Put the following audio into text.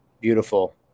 beautiful